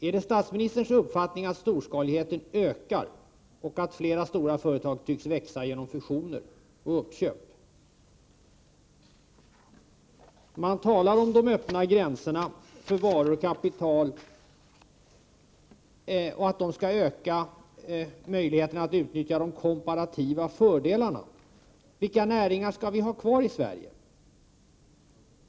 Är det statsministerns uppfattning att storskaligheten ökar och att flera stora företag tycks växa genom fusioner och uppköp? Man talar om de öppna gränserna för varor och kapital och om att de öppna gränserna skall öka möjligheterna att utnyttja de komparativa fördelarna. Vilka näringar skall vi ha kvar i Sverige?